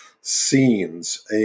scenes